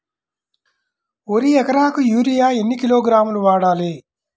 వరికి ఎకరాకు యూరియా ఎన్ని కిలోగ్రాములు వాడాలి?